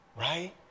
right